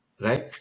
right